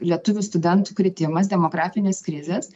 lietuvių studentų kritimas demografinės krizės